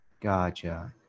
Gotcha